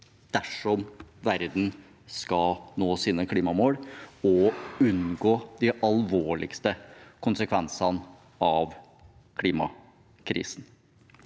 dersom verden skal nå sine klimamål og unngå de alvorligste konsekvensene av klimakrisen.